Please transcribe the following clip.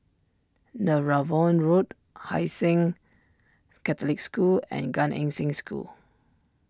Netheravon Road Hai Sing Catholic School and Gan Eng Seng School